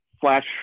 flash